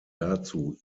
dazu